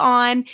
on